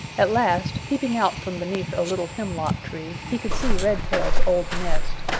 at last, peeping out from beneath a little hemlock-tree, he could see redtail's old nest.